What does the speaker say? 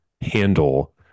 handle